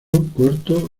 corto